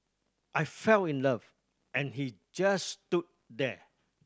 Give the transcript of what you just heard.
I fell in love and he just stood there